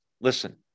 Listen